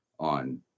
on